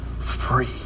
free